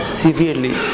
severely